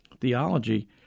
theology